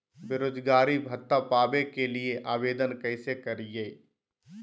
बेरोजगारी भत्ता पावे के लिए आवेदन कैसे करियय?